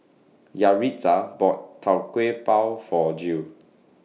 Yaritza bought Tau Kwa Pau For Jill